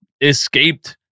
escaped